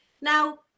Now